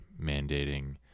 mandating